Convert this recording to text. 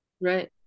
Right